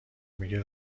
میگه